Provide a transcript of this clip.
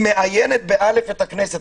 היא מאיינת באל"ף את הכנסת.